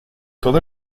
todo